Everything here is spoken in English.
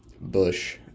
bush